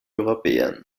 européennes